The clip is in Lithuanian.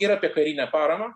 ir apie karinę paramą